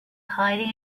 hiding